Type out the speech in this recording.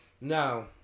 Now